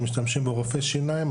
שמשתמשים בו רופאי שיניים,